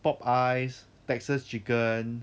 popeyes texas chicken